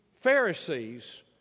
Pharisees